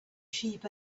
sheep